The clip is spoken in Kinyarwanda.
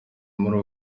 muri